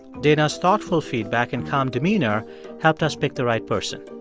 dana's thoughtful feedback and calm demeanor helped us pick the right person.